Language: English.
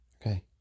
Okay